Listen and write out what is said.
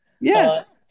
Yes